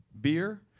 Beer